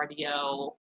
cardio